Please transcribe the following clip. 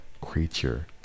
creature